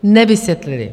Nevysvětlili.